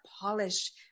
polished